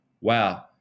wow